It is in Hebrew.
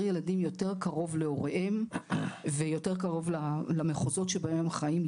ילדים יותר קרוב להוריהם ויותר קרוב למחוזות שבהם הם חיים.